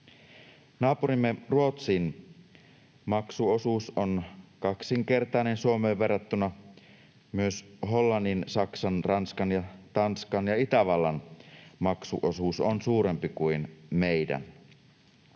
Naapurimme Ruotsin maksuosuus on kaksinkertainen Suomeen verrattuna. Myös Hollannin, Saksan, Ranskan, Tanskan ja Itävallan maksuosuudet ovat suurempia kuin meidän.